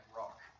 rock